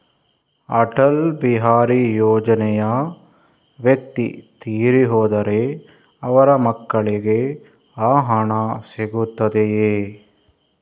ಅಟಲ್ ಬಿಹಾರಿ ಯೋಜನೆಯ ವ್ಯಕ್ತಿ ತೀರಿ ಹೋದರೆ ಅವರ ಮಕ್ಕಳಿಗೆ ಆ ಹಣ ಸಿಗುತ್ತದೆಯೇ?